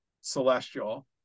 celestial